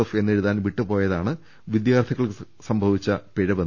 F എ ന്നെഴുതാൻ വിട്ടുപോയതാണ് വിദ്യാർത്ഥികൾക്ക് സംഭവിച്ച പിഴ വ്